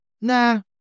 nah